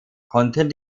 konnten